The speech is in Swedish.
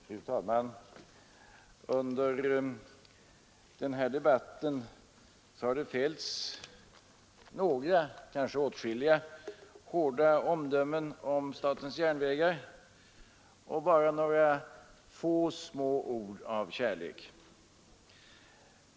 Fru talman! Under den här debatten har det fällts några, kanske åtskilliga, hårda omdömen om statens järnvägar och bara några få, små ord av kärlek.